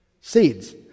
Seeds